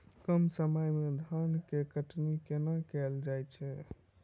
कम समय मे धान केँ कटनी कोना कैल जाय छै?